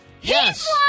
Yes